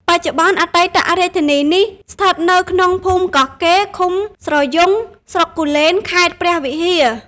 បច្ចុប្បន្នអតីតរាជធានីនេះ ស្ថិតនៅក្នុងភូមិកោះកេរ ឃុំស្រយង់ ស្រុកគូលែន ខេត្តព្រះវិហារ ។